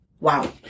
Wow